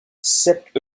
sept